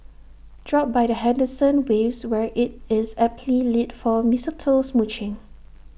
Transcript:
drop by the Henderson waves where IT is aptly lit for mistletoe smooching